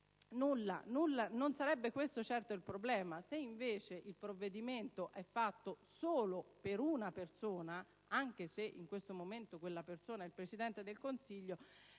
Non sarebbe questo certo il problema. Se invece il provvedimento è fatto solo per una persona, anche se in questo momento quella persona è il Presidente del Consiglio,